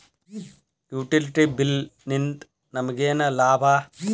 Utility bill ನಿಂದ್ ನಮಗೇನ ಲಾಭಾ?